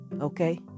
Okay